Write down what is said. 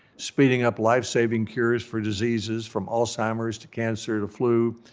speeding up life saving cures for diseases from alzheimer's to cancer to flu.